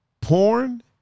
porn